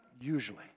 usually